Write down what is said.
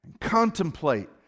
contemplate